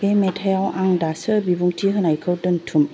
बे मेथाइआव आं दासो बिबुंथि होनायखौ दोन्थुम